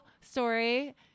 story